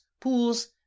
pools